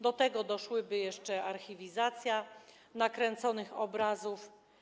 Do tego doszłaby jeszcze archiwizacja nakręconych obrazów.